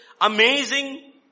amazing